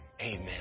amen